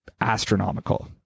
astronomical